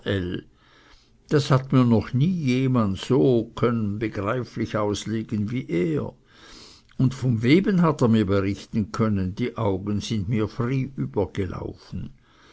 das hat mir noch nie jemand können so begreiflich auslegen wie er und vom weben hat er mir brichten können die augen sind mir fry übergelaufen